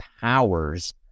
powers